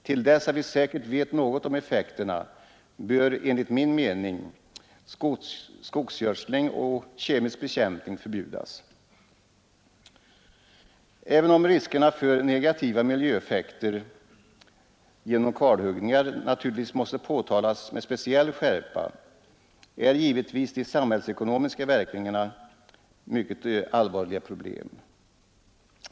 Till dess vi säkert vet något om effekterna bör enligt min mening skogsgödsling och kemisk bekämpning förbjudas. Även om riskerna för negativa miljöeffekter genom kalhuggningar måste påtalas med speciell skärpa är givetvis de samhällsekonomiska verkningarna ännu allvarligare problem.